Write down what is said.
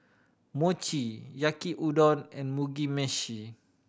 Mochi Yaki Udon and Mugi Meshi